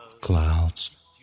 clouds